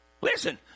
Listen